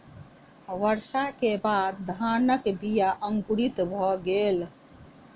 वर्षा के बाद धानक बीया अंकुरित भअ गेल